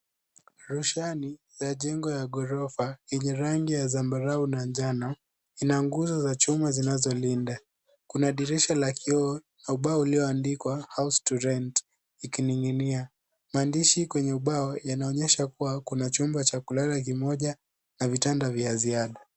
Roshani ya jengo ya ghorofa, yenye rangi ya zambarau na njano, ina nguzo za chuma zinazolinda. Kuna dirisha la kioo na ubao iliyoandikwa house to rent ikining'inia. Maandishi kwenye ubao inaonyesha kuwa kuna chumba cha kulala kimoja na vitanda vya ziada.